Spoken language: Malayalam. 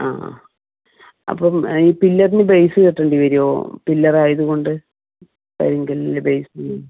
ആ ആ അപ്പം ഈ പില്ലറിന് ബേസ് കെട്ടേണ്ടി വരുമോ പില്ലറായത് കൊണ്ട് കരിങ്കല്ലിൽ ബേസ്